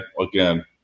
again